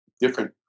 different